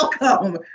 Welcome